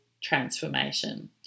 transformation